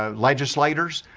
ah legislators,